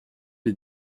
les